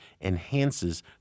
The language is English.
enhances